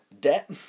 debt